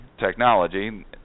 technology